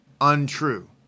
untrue